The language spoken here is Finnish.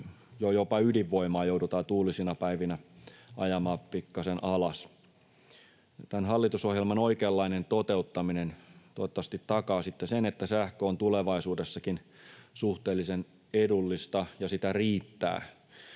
jopa ydinvoimaa joudutaan tuulisina päivinä ajamaan pikkuisen alas. Tämän hallitusohjelman oikeanlainen toteuttaminen toivottavasti takaa sitten sen, että sähkö on tulevaisuudessakin suhteellisen edullista ja sitä riittää